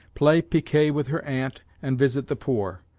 play piquet with her aunt, and visit the poor.